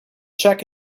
check